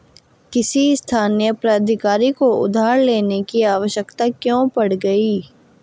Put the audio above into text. किसी स्थानीय प्राधिकारी को उधार लेने की आवश्यकता क्यों पड़ गई?